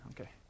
Okay